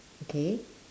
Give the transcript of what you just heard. okay